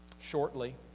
shortly